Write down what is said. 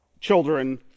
children